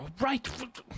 right